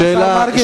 השר מרגי.